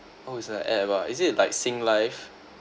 oh it's a app ah is it like singlife